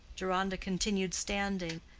deronda continued standing,